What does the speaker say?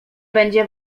będzie